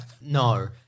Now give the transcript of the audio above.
No